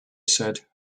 said